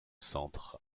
centre